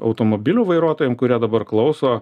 automobilių vairuotojam kurie dabar klauso